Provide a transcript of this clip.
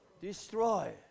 destroy